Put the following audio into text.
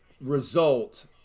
result